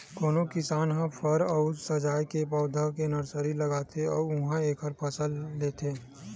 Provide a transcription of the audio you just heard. कोनो किसान ह फर अउ सजाए के पउधा के नरसरी लगाथे अउ उहां एखर फसल लेथे